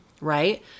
right